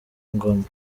ngoma